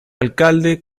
alcalde